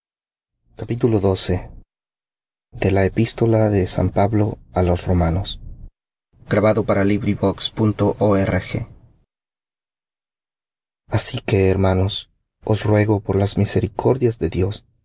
de así que hermanos os ruego por las misericordias de dios